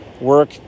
work